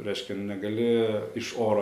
reiškia negali iš oro